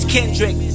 Kendrick